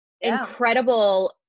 incredible